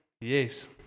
Yes